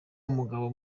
w’umugabo